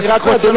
אבל סליחה,